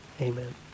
Amen